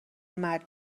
مرد